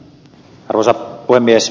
arvoisa puhemies